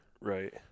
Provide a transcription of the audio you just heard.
right